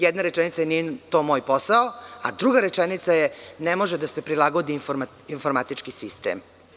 Jedna rečenica – nije to moj posao, a druga rečenica je – ne može da se prilagodi informatički sistem.